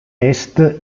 est